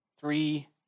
three